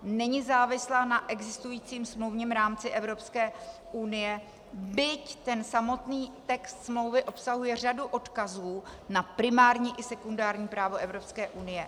Není závislá na existujícím smluvním rámci Evropské unie, byť ten samotný text smlouvy obsahuje řadu odkazů na primární i sekundární právo Evropské unie.